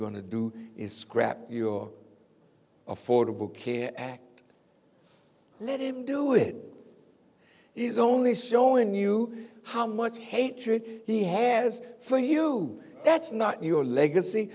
going to do is scrap your affordable care act let him do it he's only showing you how much hatred he has for you that's not your legacy